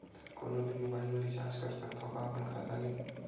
कोनो भी मोबाइल मा रिचार्ज कर सकथव का अपन खाता ले?